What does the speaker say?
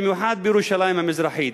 במיוחד בירושלים המזרחית.